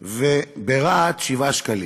וברהט, 7 שקלים.